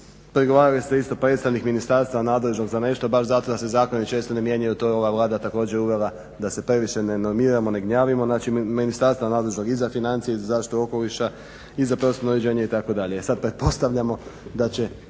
pregovarali ste isto predstavnik ministarstva nadležan za nešto baš zato da se zakoni često ne mijenjaju. To je ova vlada također uvela da se previše ne namirimo, ne gnjavimo, znači ministarstva nadležnog i za financije i za zaštitu okoliša i za prostorno uređenje itd.